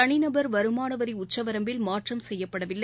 தனிநபர் வருமான வரி உச்சவரம்பில் மாற்றம் செய்யப்படவில்லை